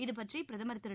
இதுபற்றி பிரதமர் திரு